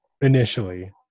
initially